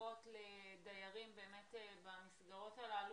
משפחות של דיירים במסגרות הללו,